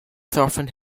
surfing